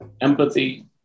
empathy